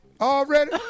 already